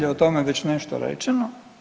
O tome je već nešto rečeno.